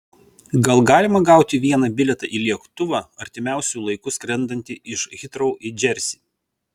gal galima gauti vieną bilietą į lėktuvą artimiausiu laiku skrendantį iš hitrou į džersį